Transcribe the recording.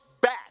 back